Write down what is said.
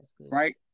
Right